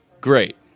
great